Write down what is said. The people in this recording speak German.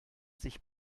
sich